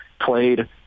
played